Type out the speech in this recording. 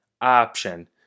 option